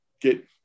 get